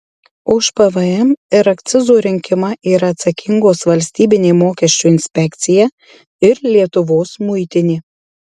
už pvm ir akcizų rinkimą yra atsakingos valstybinė mokesčių inspekcija ir lietuvos muitinė